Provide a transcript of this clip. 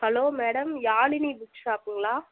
hello madam Yazhini book சாப்புங்களா